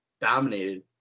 dominated